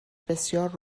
بسیار